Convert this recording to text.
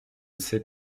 sais